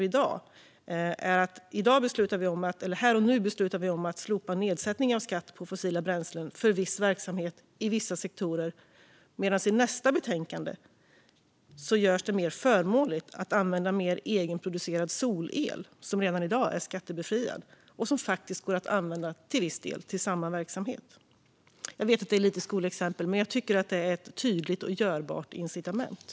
I dag beslutar vi om att slopa nedsättning av skatt på fossila bränslen för viss verksamhet i vissa sektorer medan det i nästa betänkande görs mer förmånligt att använda mer egenproducerad solel, som redan i dag är skattebefriad och som faktiskt går att använda till samma verksamhet. Jag vet att det är lite av ett skolexempel, men jag tycker att det är ett tydligt och görligt incitament.